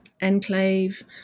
enclave